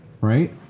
right